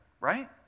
right